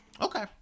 okay